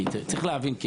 כי צריך להבין,